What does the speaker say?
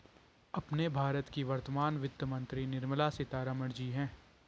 अपने भारत की वर्तमान वित्त मंत्री निर्मला सीतारमण जी हैं